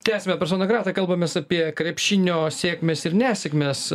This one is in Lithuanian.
tęsiame persona grata kalbamės apie krepšinio sėkmes ir nesėkmes